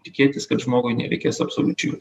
tikėtis kad žmogui nereikės absoliučiai